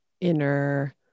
inner